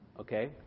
okay